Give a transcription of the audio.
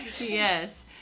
Yes